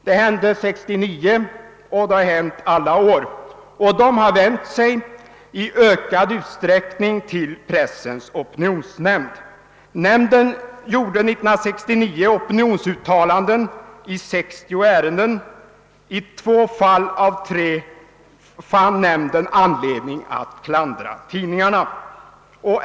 Dessa har i ökad utsträckning vänt sig till Pressens opinionsnämnd. År 1969 gjorde nämnden opinionsuttalanden i 690 ärenden. I två fall av tre fann nämnden anledning att klandra tidningen.